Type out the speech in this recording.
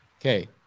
Okay